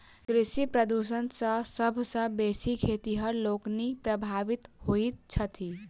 कृषि प्रदूषण सॅ सभ सॅ बेसी खेतिहर लोकनि प्रभावित होइत छथि